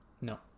No